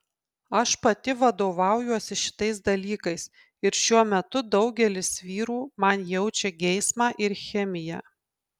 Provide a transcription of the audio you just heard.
aš pati vadovaujuosi šitais dalykais ir šiuo metu daugelis vyrų man jaučia geismą ir chemiją